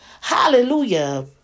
Hallelujah